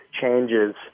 changes